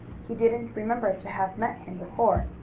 he didn't remember to have met him before,